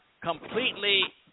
completely